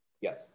Yes